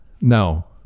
no